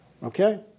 Okay